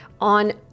on